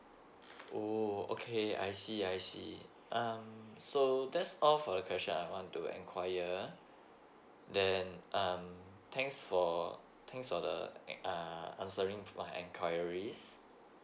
oh okay I see I see um so that's all for the questions I want to enquirer then um thanks for thanks for the uh answering my inquiries